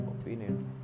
opinion